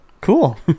cool